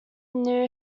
new